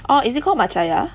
orh is it called Matchaya